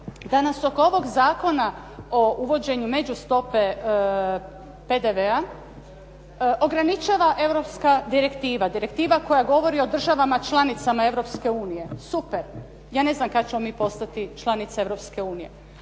da nas oko ovog zakona o uvođenju međustope PDV-a ograničava europska direktiva, direktiva koja govori o državama članicama Europske unije. Super. Ja ne znam kad ćemo mi postati članica